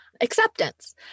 acceptance